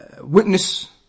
witness